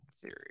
theory